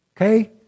okay